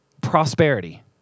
prosperity